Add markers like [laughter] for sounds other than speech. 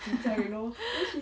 [laughs] [breath]